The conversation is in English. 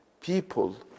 people